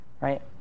right